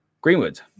Greenwood